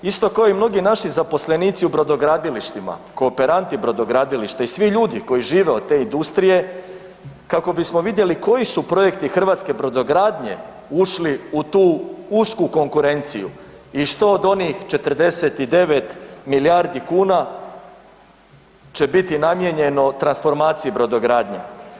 Isto ko i mnogi naši zaposlenici u brodogradilištima, kooperanti brodogradilišta i svi ljudi koji žive od te industrije kako bismo vidjeli koji su projekti hrvatske brodogradnje ušli u tu usku konkurenciju i što od onih 49 milijardi kuna će biti namijenjeno transformaciji brodogradnje.